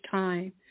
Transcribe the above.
time